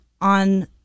on